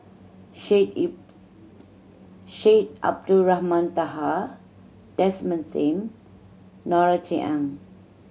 Syed Ip Syed Abdulrahman Taha Desmond Sim Norothy Ng